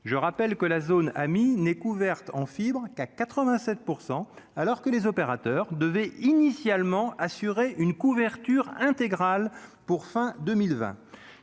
je rappelle que la zone est couverte en fibre, qu'à 87 %, alors que les opérateurs devaient initialement assurer une couverture intégrale pour fin 2020